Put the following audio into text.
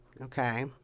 okay